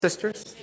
Sisters